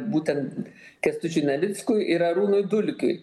būtent kęstučiui navickui ir arūnui dulkiui